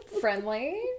friendly